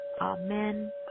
Amen